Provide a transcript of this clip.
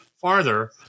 farther